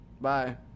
Bye